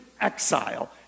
exile